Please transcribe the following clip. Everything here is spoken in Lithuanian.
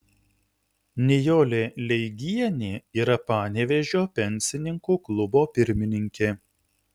nijolė leigienė yra panevėžio pensininkų klubo pirmininkė